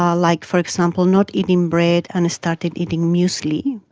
ah like for example not eating bread and started eating muesli,